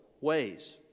ways